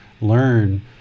learn